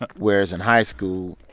but whereas in high school,